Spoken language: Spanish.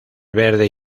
verde